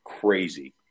crazy